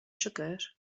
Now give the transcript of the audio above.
siwgr